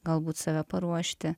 galbūt save paruošti